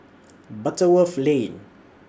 Butterworth Lane